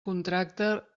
contracte